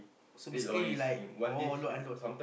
so basically like oh load unload